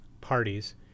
parties